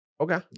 Okay